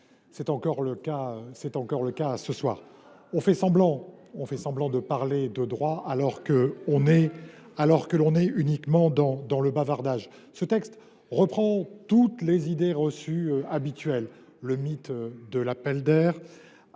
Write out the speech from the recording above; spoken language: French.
C’est encore le cas : on fait semblant de parler de droit, alors qu’il ne s’agit que de bavardage. Ce texte reprend toutes les idées reçues habituelles : le mythe de l’appel d’air,